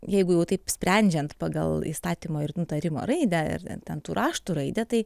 jeigu jau taip sprendžiant pagal įstatymo ir nutarimo raidę ir ten tų rašto raidę tai